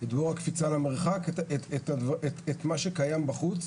את בור הקפיצה למרחק, את מה שקיים בחוץ.